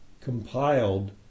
compiled